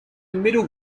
middle